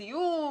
ציוד,